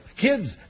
Kids